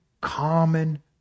common